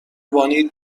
وانیل